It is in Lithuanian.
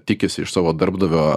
tikisi iš savo darbdavio